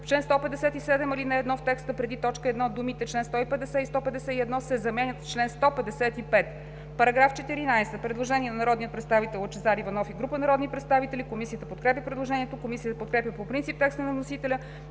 чл. 157, ал. 1, в текста преди т. 1 думите „чл. 150 и 151“ се заменят с „чл.155“. По § 14 има предложение на народния представител Лъчезар Иванов и група народни представители. Комисията подкрепя предложението. Комисията подкрепя по принцип текста на вносители